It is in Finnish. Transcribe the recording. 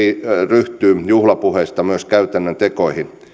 ryhtyy juhlapuheista myös käytännön tekoihin